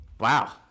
Wow